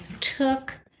took